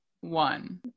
one